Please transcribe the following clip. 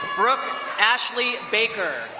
brooke ashley baker.